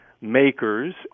makers